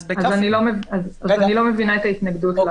אז אני לא מבינה את ההתנגדות לתיקון שם.